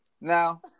now